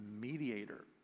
mediator